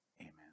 Amen